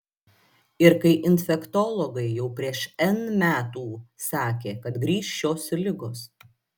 ir kai infektologai jau prieš n metų sakė kad grįš šios ligos